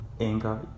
anger